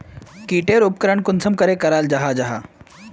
की टेर उपकरण कुंसम करे कराल जाहा जाहा?